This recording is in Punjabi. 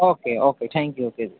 okay okay thank you okay ਜੀ